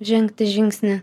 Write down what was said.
žengti žingsnį